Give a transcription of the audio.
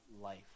life